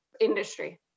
industry